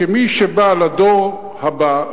כי מי שבא בדור הבא,